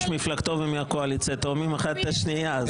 מפלגתו ומהקואליציה תואמות אחת את השנייה,